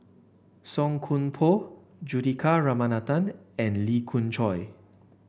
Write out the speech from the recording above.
Song Koon Poh Juthika Ramanathan and Lee Khoon Choy